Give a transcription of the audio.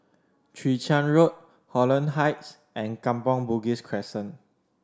Chwee Chian Road Holland Heights and Kampong Bugis Crescent